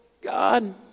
God